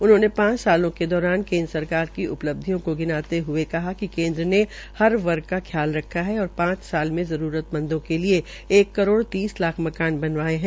उन्होंने पांच सालों के दौरान केन्द्र सरकार की उपलब्धियों को गिनाते हये कहा कि केन्द्र ने हर वर्ग का ख्याल रखा है और पांच साल में जरूरतमंदों के लिये एक करोड़ तीस लाख मकान बनवाये है